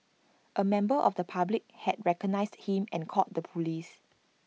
A member of the public had recognised him and called the Police